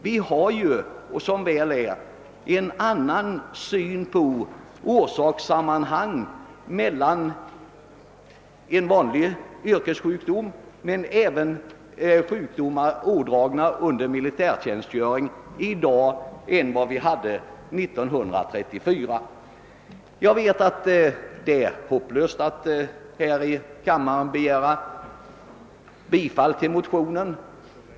Vi har ju i dag som väl är en annan syn på orsakssammanhang när det gäller både yrkessjukdomar och sjukdomar ådragna under militärtjänstgöring än vi hade 1934. Jag vet att det är utsiktslöst att här i kammaren yrka bifall till motionen.